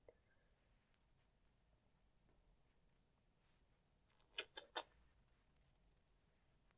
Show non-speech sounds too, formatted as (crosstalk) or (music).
(noise)